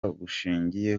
bushingiye